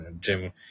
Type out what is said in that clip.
jim